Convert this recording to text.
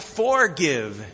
forgive